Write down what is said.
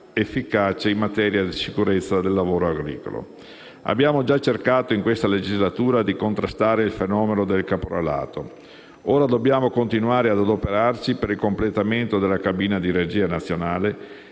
efficace in materia di sicurezza del lavoro agricolo. Abbiamo già cercato, in questa legislatura, di contrastare il fenomeno del caporalato. Ora dobbiamo continuare ad adoperarci per il completamento della cabina di regia nazionale,